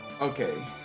Okay